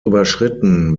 überschritten